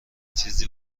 چیزی